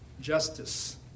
justice